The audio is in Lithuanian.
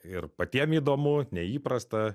ir patiem įdomu neįprasta